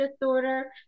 disorder